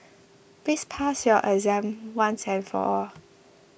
please pass your exam once and for all